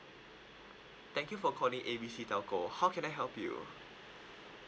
thank you for calling A B C telco how can I help you